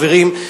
חברים,